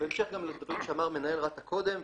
בהמשך גם לדברים שאמר מנהל רת"א קודם,